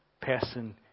Person